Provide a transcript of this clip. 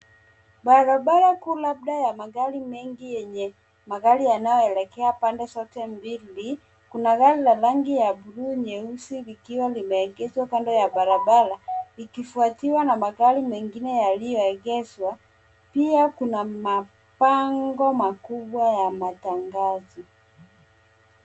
Barabara kuu labda ya magari mengi enye magari yanayoelekea pande zote mbili. Kuna gari ya rangi bluu na nyeusi likiwa limeegeshwa kando ya barabara ikifwatiwa na magari mengi yalioegeshwa, pia kuna mabango makubwa ya matangazo.